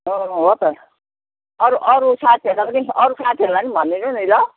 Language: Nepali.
अँ हो त अरू अरू साथीहरूलाई पनि अरू साथीहरूलाई नि भन्दिनू नि ल